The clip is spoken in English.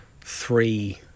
Three